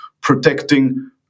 protecting